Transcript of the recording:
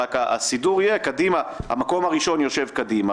רק שהסידור יהיה שהמקום הראשון יושב קדימה,